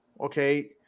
Okay